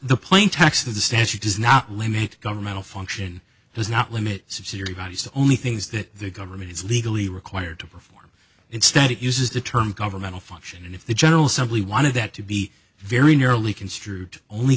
the plain text of the stand she does not limit governmental function does not limit subsidiary bodies to only things that the government is legally required to perform instead it uses the term governmental function and if the general assembly wanted that to be very narrowly construed only